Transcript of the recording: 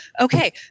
okay